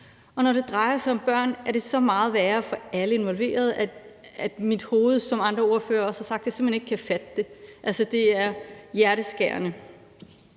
og når det drejer sig om børn, er det så meget værre for alle involverede, at mit hoved, som andre ordførere også har sagt, simpelt hen ikke kan fatte det. Altså, det er hjerteskærende.